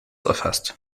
erfasst